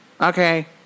Okay